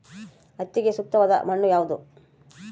ಹತ್ತಿಗೆ ಸೂಕ್ತವಾದ ಮಣ್ಣು ಯಾವುದು?